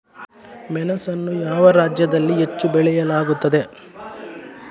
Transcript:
ಮೆಣಸನ್ನು ಯಾವ ರಾಜ್ಯದಲ್ಲಿ ಹೆಚ್ಚು ಬೆಳೆಯಲಾಗುತ್ತದೆ?